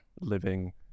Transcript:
living